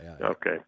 okay